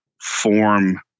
form